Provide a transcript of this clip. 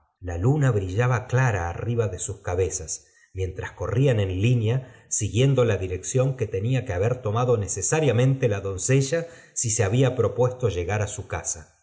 la luna brillaba clara arriaba de sus cabezas mientras corrían nn línea siguiendo la dirección que tenía que haber toma do necesariamente la doncella si se había proapuesto llegar á su casa